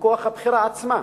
מכוח הבחירה עצמה,